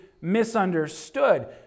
misunderstood